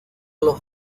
los